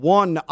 one